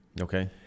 Okay